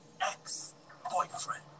ex-boyfriend